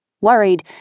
worried